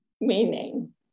meaning